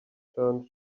turned